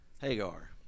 Hagar